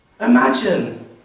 Imagine